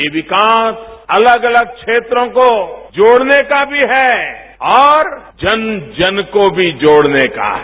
ये विकास अलग अलग क्षेत्रों को जोड़ने का भी है और जन जन को भी जोड़ने का है